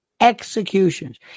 executions